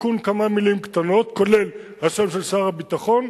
תיקון כמה מלים קטנות, כולל השם של שר הביטחון,